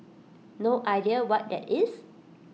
no idea what that is